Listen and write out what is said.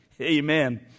Amen